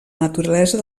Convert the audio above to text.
naturalesa